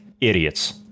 idiots